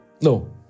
No